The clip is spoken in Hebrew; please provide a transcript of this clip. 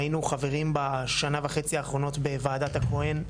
היינו חברים בשנה וחצי האחרונות בוועדה הכהן.